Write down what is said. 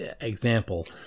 example